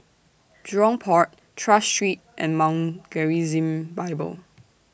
Jurong Port Tras Street and Mount Gerizim Bible